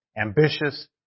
ambitious